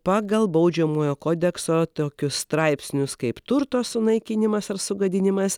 pagal baudžiamojo kodekso tokius straipsnius kaip turto sunaikinimas ar sugadinimas